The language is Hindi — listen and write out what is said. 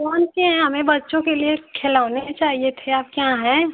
फोन किए हैं हमें बच्चों के लिए खिलौने चाहिए थे आपके यहाँ हैं